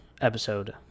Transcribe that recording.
episode